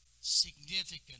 significant